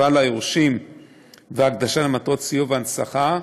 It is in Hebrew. ליורשים והקדשה למטרות סיוע והנצחה).